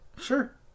Sure